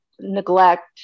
neglect